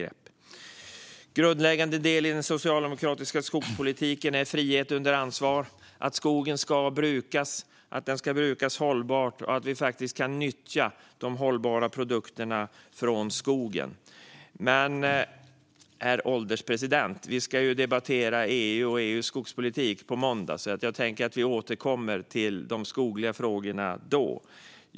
En grundläggande del i den socialdemokratiska skogspolitiken är frihet under ansvar - att skogen ska brukas hållbart och att vi kan nyttja de hållbara produkterna från skogen. Men, herr ålderspresident, vi ska ju debattera EU och EU:s skogspolitik på måndag, så jag tänker att vi återkommer till de skogliga frågorna då.